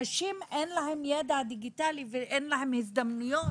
אנשים, אין להם ידע דיגיטלי ואין להם הזדמנויות.